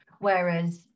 whereas